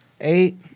eight